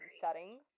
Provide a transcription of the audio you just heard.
setting